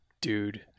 dude